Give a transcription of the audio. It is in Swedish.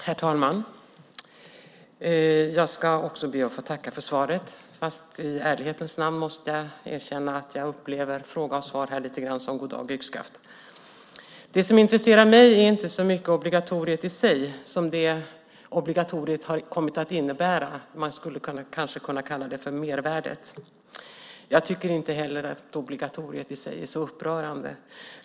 Herr talman! Jag ska också be att få tacka för svaret, fast i ärlighetens namn måste jag erkänna att jag upplever fråga och svar här lite grann som god dag yxskaft. Det som intresserar mig är inte så mycket obligatoriet i sig som det obligatoriet har kommit att innebära. Man skulle kanske kunna kalla det för mervärdet. Jag tycker inte heller att obligatoriet i sig är så upprörande.